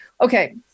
Okay